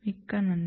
மிக்க நன்றி